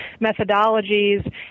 methodologies